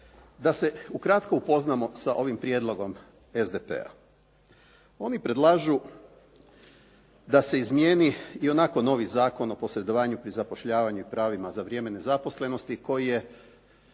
Da se ukratko upoznamo sa ovim prijedlogom SDP-a. Oni predlažu da se izmijeni ionako novi Zakon o posredovanju pri zapošljavanju i pravima za vrijeme nezaposlenosti koji je